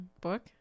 book